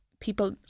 People